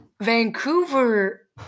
Vancouver